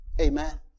Amen